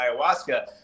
ayahuasca